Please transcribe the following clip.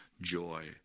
joy